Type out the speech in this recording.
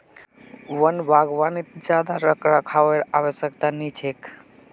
वन बागवानीत ज्यादा रखरखावेर आवश्यकता नी छेक